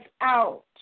out